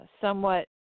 somewhat